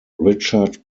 richard